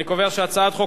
אני קובע שהצעת חוק